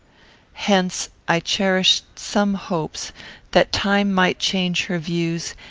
hence, i cherished some hopes that time might change her views,